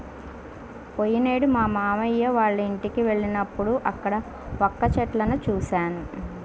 పోయినేడు మా మావయ్య వాళ్ళింటికి వెళ్ళినప్పుడు అక్కడ వక్క చెట్లను చూశాను